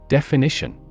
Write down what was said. Definition